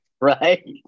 Right